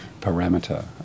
parameter